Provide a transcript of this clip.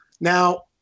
Now